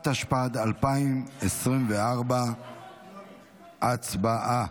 התשפ"ד 2024. הצבעה.